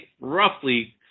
roughly